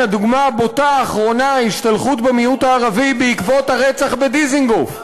הדוגמה הבוטה האחרונה היא השתלחות במיעוט הערבי בעקבות הרצח בדיזנגוף,